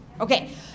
Okay